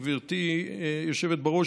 גברתי היושבת בראש,